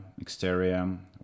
exterior